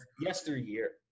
yesteryear